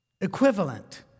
equivalent